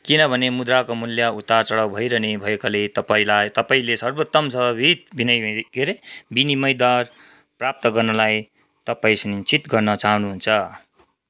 किनभने मुद्राको मूल्य उतार चढाव भइरहने भएकाले तपाईँलाई तपाईँँले सर्वोत्तम सम्भावित के अरे विनिमय दर प्राप्त गर्नलाई तपाईँँ सुनिश्चित गर्न चाहनुहुन्छ